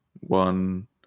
one